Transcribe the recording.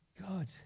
God